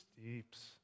Steeps